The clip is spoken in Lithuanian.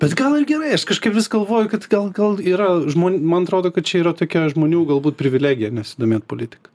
bet gal ir gerai aš kažkaip vis galvoju kad gal gal yra žmon man atrodo kad čia yra tokia žmonių galbūt privilegija nesidomėt politika